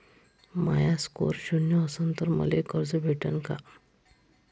माया score शून्य असन तर मले कर्ज भेटन का?